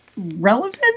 relevant